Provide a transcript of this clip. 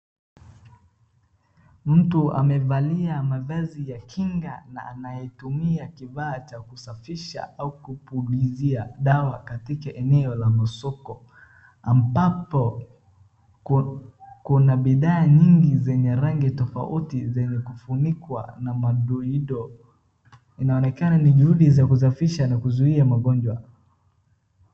Mtu amevalia mavazi ya kinga na anayetumia kifaa cha kusafisha au kupulizia dawa katika eneo la masoko ambapo kuna bidhaa nyingi zenye rangi tofauti zenye kufunikwa na madoido inaonekana ni juhudi za kusafisha na kuzuia magonjwa.